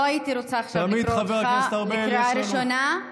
לא הייתי רוצה עכשיו לקרוא אותך קריאה ראשונה.